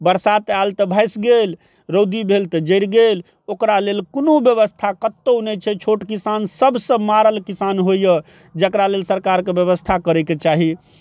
बरसात आयल तऽ भसि गेल रौदी भेल तऽ जरि गेल ओकरा लेल कोनो व्यवस्था कतौ नहि छै छोट किसान सबसँ मारल किसान होइए जकरा लेल सरकारके व्यवस्था करयके चाही